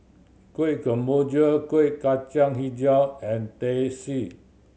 Kueh Kemboja Kuih Kacang Hijau and Teh C